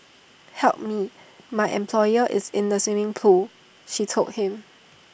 help me my employer is in the swimming pool she told him